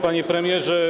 Panie Premierze!